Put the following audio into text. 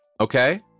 okay